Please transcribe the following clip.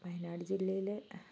വയനാട് ജില്ലയില്